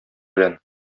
белән